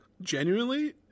Genuinely